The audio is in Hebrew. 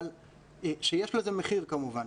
שיש לזה מחיר כמובן.